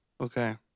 okay